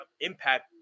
Impact